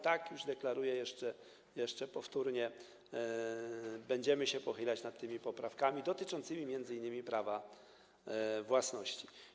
Tak, już deklaruję, że jeszcze powtórnie będziemy się pochylać nad tymi poprawkami dotyczącymi m.in. prawa własności.